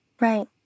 Right